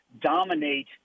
dominate